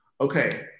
Okay